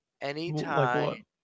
Anytime